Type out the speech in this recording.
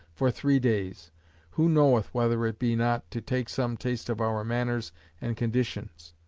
for three days who knoweth, whether it be not, to take some taste of our manners and conditions?